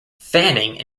fanning